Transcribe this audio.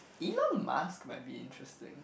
Elon-Musk might be interesting